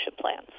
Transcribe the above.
plans